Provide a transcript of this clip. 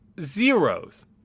zeros